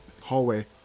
hallway